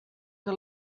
que